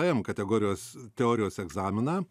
em kategorijos teorijos egzaminą